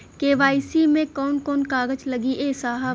KYC मे कवन कवन कागज लगी ए साहब?